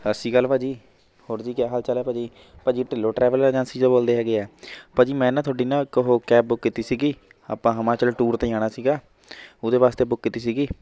ਸਤਿ ਸ਼੍ਰੀ ਅਕਾਲ ਭਾਅ ਜੀ ਹੋਰ ਜੀ ਕਿਆ ਹਾਲ ਚਾਲ ਹੈ ਭਾਅ ਜੀ ਭਾਅ ਜੀ ਢਿੱਲੋਂ ਟਰੈਵਲ ਏਜੰਸੀ 'ਚੋਂ ਬੋਲਦੇ ਹੈਗੇ ਹੈ ਭਾਅ ਜੀ ਮੈਂ ਨਾ ਤੁਹਾਡੀ ਨਾ ਇੱਕ ਉਹ ਕੈਬ ਬੁੱਕ ਕੀਤੀ ਸੀਗੀ ਆਪਾਂ ਹਿਮਾਚਲ ਟੂਰ 'ਤੇ ਜਾਣਾ ਸੀਗਾ ਉਹਦੇ ਵਾਸਤੇ ਬੁੱਕ ਕੀਤੀ ਸੀਗੀ